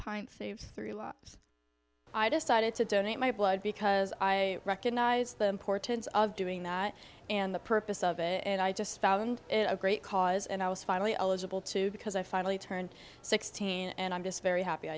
pint i decided to donate my blood because i recognize the importance of doing that and the purpose of it and i just found a great cause and i was finally eligible to because i finally turned sixteen and i'm just very happy